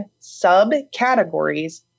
subcategories